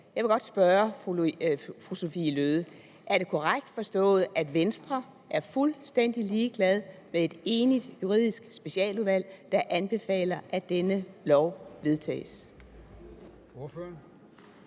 Jeg vil godt spørge fru Sophie Løhde: Er det korrekt forstået, at Venstre er fuldstændig ligeglad med, at et enigt Juridisk Specialudvalg anbefaler, at dette lovforslag vedtages?